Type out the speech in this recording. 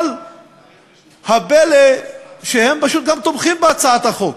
אבל הפלא הוא שהם פשוט גם תומכים בהצעת החוק,